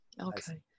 Okay